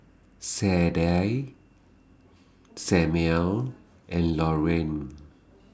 Sadye Samual and Lorraine